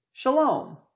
Shalom